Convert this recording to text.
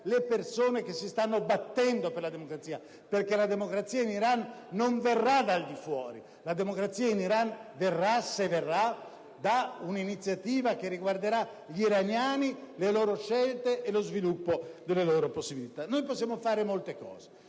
le persone che si stanno battendo per la democrazia. La democrazia in Iran non verrà infatti dal di fuori ma, se verrà, partirà da un'iniziativa che riguarderà gli iraniani, le loro scelte e lo sviluppo delle loro possibilità. Possiamo fare molte cose: